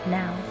now